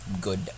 good